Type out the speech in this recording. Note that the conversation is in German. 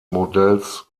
modells